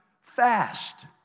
fast